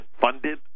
funded